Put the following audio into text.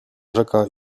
rzeka